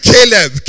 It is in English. Caleb